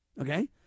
okay